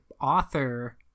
author